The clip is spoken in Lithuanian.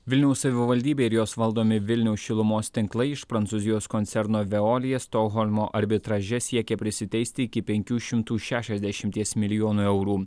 vilniaus savivaldybė ir jos valdomi vilniaus šilumos tinklai iš prancūzijos koncerno veolia stokholmo arbitraže siekė prisiteisti iki penkių šimtų šešiasdešimties milijonų eurų